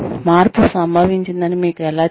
మార్పు సంభవించిందని మీకు ఎలా తెలుసు